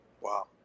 Wow